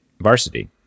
varsity